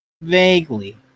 Vaguely